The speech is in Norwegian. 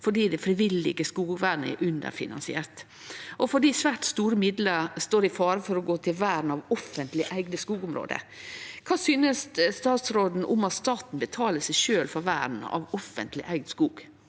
fordi det frivillige skogvernet er underfinansiert, og fordi svært store midlar står i fare for å gå til vern av offentleg eigde skogområde. Kva synest statsråden om at staten betaler seg sjølv for vern av offentleg eigd skog?